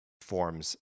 forms